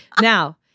Now